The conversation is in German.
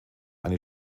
eine